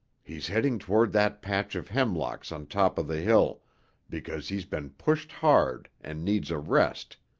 he's heading toward that patch of hemlocks on top of the hill because he's been pushed hard and needs a rest,